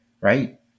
right